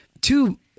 two